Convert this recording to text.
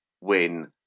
win